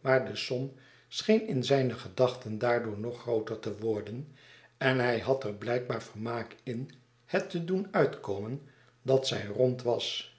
maar de som scheen in zijne gedachten daardoor nog grooter te worden en hij had er blijkbaar vermaak in het te doen uitkomen dat zij rond was